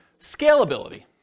Scalability